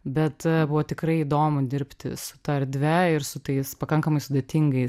bet buvo tikrai įdomu dirbti su ta erdve ir su tais pakankamai sudėtingais